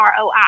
ROI